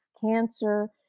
cancer